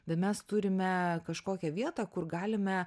bet mes turime kažkokią vietą kur galime